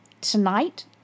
Tonight